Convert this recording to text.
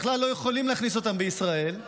בכלל לא יכולים להכניס אותם לישראל